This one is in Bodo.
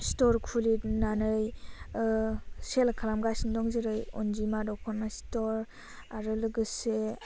स्ट'र खुलिनानै सेल खालामगासिनो दं जेरै अन्जिमा दख'ना स्ट'र आरो लोगोसे